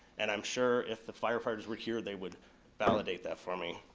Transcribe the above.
and i'm sure if the firefighters were here they would validate that for me.